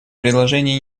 предложения